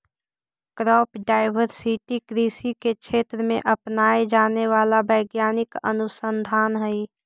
crop diversity कृषि के क्षेत्र में अपनाया जाने वाला वैज्ञानिक अनुसंधान हई